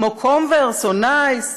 כמו 'קומברס' או 'נייס',